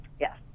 Yes